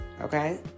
okay